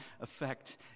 effect